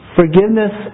forgiveness